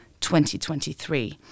2023